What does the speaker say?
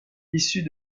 issus